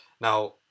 Now